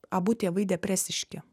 abu tėvai depresiški